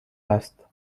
است